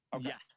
Yes